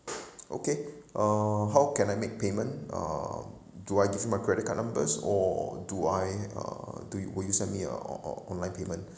okay uh how can I make payment uh do I give you my credit card numbers or do I uh do you will you send me a o~ o~ online payment